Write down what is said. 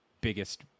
biggest